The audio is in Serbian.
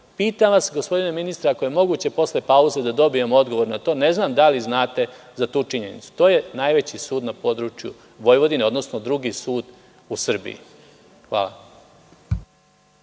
Pitam vas, gospodine ministre, ako je moguće posle pauze da dobijem odgovor na to. Ne znam da li znate za tu činjenicu. To je najveći sud na području Vojvodine, odnosno drugi sud u Srbiji. Hvala.